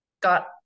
got